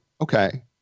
okay